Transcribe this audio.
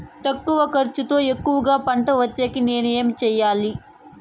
తక్కువ ఖర్చుతో ఎక్కువగా పంట వచ్చేకి నేను ఏమి చేయాలి?